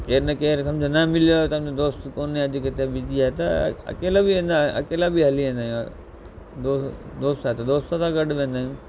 केर न केरु सम्झो न मिलियो सम्झो दोस्त कोन्हे अॼु किथे बिज़ी आहे त अकेलो बि वेंदो आहियां अकेला बि हली वेंदा आहियूं दोस्त दोस्त आहे त दोस्त सां गॾु वेंदा आहियूं